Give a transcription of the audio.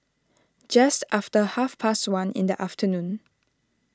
just after half past one in the afternoon